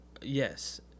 Yes